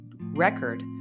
record